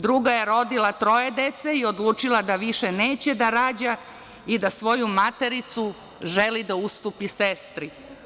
Druga je rodila troje dece i odlučila da više neće da rađa i da svoju matericu želi da ustupi sestri.